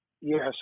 Yes